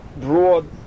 broad